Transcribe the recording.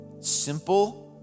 simple